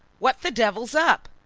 what the devil's up?